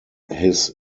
his